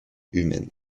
humaine